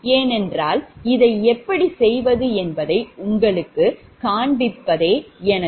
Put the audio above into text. ஏனென்றால் இதை எப்படி செய்வது என்பதை உங்களுக்குக் காண்பிப்பதே இது